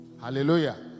hallelujah